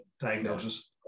diagnosis